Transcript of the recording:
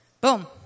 boom